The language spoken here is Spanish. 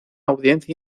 audiencia